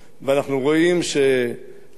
אנחנו רואים שתוצאותיה,